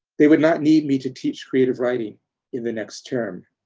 they would not need me to teach creative writing in the next term.